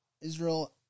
Israel